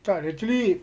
tak actually